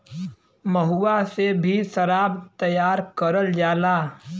महुआ से भी सराब तैयार करल जाला